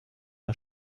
der